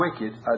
wicked